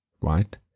right